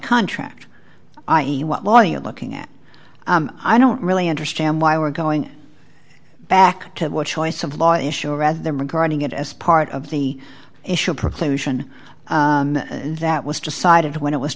contract i e what law you're looking at i don't really understand why we're going back to what choice of law issue rather than regarding it as part of the issue preclusion that was decided when it was